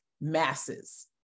masses